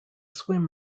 swim